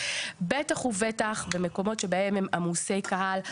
בטח ובטח במקומות שבהם הם עמוסי קהל.